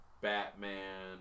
Batman